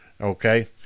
Okay